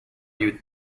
you